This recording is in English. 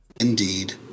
Indeed